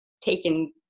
taken